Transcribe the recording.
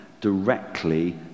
directly